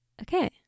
Okay